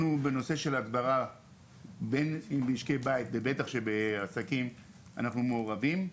בנושא ההדברה במשקי בית ובטח שבעסקים אנחנו מעורבים.